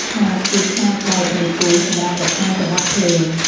ឆាប ជាឆាបដែកមួយគូសម្រាប់រក្សាចង្វាក់ភ្លេង។